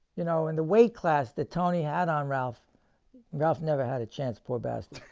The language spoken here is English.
you know in the weight class that tony had on ralph ralph never had a chance poor bastard